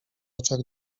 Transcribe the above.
oczach